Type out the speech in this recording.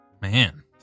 man